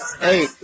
Hey